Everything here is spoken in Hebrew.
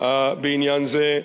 בעניין זה,